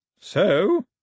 So